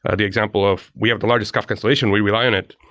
ah the example of we have the largest kafka installation. we rely on it,